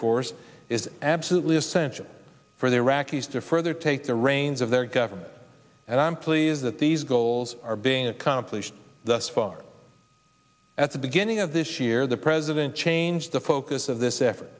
force is absolutely essential for the iraqis to further take the reins of their government and i'm pleased that these goals are being accomplished thus far at the beginning of this year the president changed the focus of this effort